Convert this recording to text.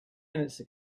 minutes